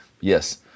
yes